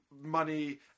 money